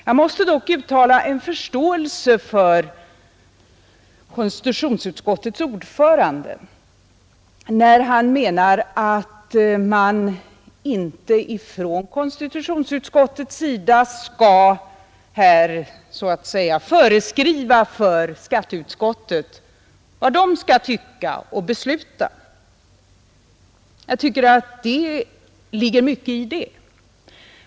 Jag måste dock uttala min förståelse för konstitutionsutskottets ordförande, när han menar att man inte från KU:s sida här skall föreskriva skatteutskottet vad man där skall tycka och besluta. Det ligger mycket i det.